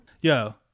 Yo